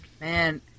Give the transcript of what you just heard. Man